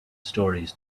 stories